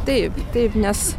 taip taip nes